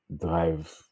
drive